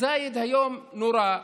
הבלוף: אתם אינכם יודעים מה קורה.